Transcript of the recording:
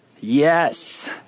Yes